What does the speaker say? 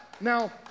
Now